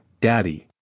Daddy